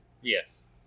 Yes